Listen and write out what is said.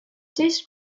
this